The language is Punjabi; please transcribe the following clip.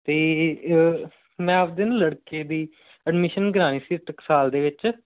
ਅਤੇ ਮੈਂ ਆਪਣੇ ਨਾ ਲੜਕੇ ਦੀ ਐਡਮਿਸ਼ਨ ਕਰਵਾਉਣੀ ਸੀ ਟਕਸਾਲ ਦੇ ਵਿੱਚ